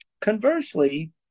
Conversely